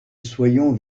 soyons